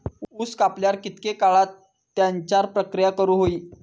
ऊस कापल्यार कितके काळात त्याच्यार प्रक्रिया करू होई?